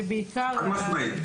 חד משמעית.